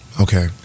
Okay